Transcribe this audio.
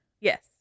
Yes